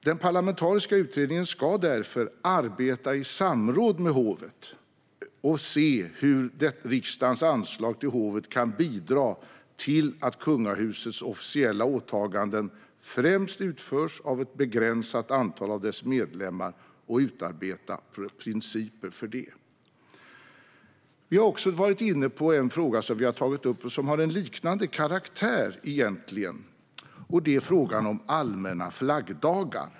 Den parlamentariska utredningen ska därför arbeta i samråd med hovet och se hur riksdagens anslag till hovet kan bidra till att kungahusets officiella åtaganden främst utförs av ett begränsat antal av dess medlemmar och utarbeta principer för detta. Vi har också varit inne på en fråga som har tagits upp och som har en liknande karaktär. Det är frågan om allmänna flaggdagar.